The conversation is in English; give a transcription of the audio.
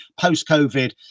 post-covid